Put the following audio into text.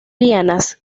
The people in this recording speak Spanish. lianas